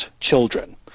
children